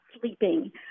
sleeping